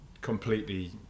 completely